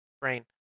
brain